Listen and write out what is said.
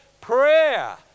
prayer